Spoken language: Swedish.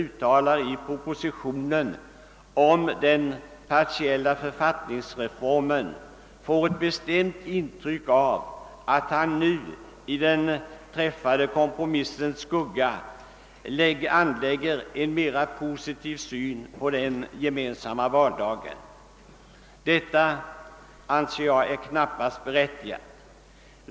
uttalar i propositionen om den partiella författningsreformen, får ett bestämt intryck av att departementschefen nu i den träffade kompromissens skugga anlägger en mera positiv syn på förslaget om gemensam valdag. Detta anser jag knappast vara berättigat.